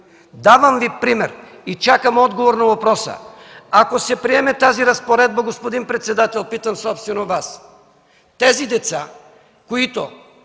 Давам Ви пример и чакам отговор на въпроса: ако се приеме тази разпоредба, господин председател, питам собствено Вас, тези деца, които